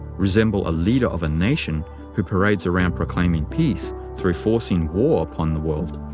resemble a leader of a nation who parades around proclaiming peace through forcing war upon the world.